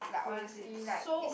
where is it so